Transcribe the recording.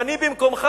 ואני במקומך,